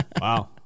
Wow